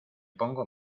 pongo